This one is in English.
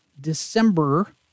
december